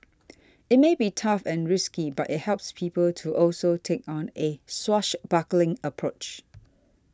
it may be tough and risky but it helps people to also take on a swashbuckling approach